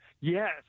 Yes